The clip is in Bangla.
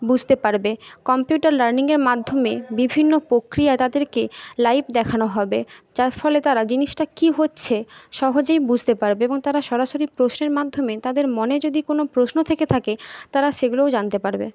বুঝতে পারবে কম্পিউটার লার্নিংয়ের মাধ্যমে বিভিন্ন প্রক্রিয়া তাদেরকে লাইভ দেখানো হবে যার ফলে তারা জিনিসটা কী হচ্ছে সহজেই বুঝতে পারবে এবং তারা সরাসরি প্রশ্নের মাধ্যমে তাদের মনে যদি কোনো প্রশ্ন থেকে থাকে তারা সেগুলোও জানতে পারবে